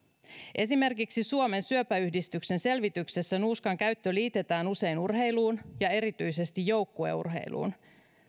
esimerkiksi suomen syöpäyhdistyksen selvityksessä nuuskan käyttö liitetään usein urheiluun ja erityisesti joukkueurheiluun